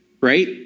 right